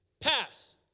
pass